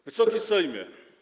Wysoki Sejmie!